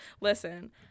Listen